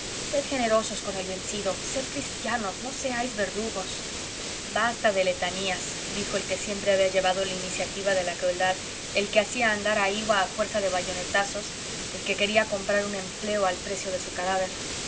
sed generosos con el vencido sed cristianos no seáis verdugos basta de letanías dijo el que siempre había llevado la iniciativa de la crueldad el que hacía andar a iwa a fuerza de bayonetazos el que quería comprar un empleo al precio de su cadáver